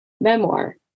memoir